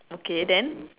okay then